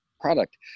product